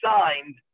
signed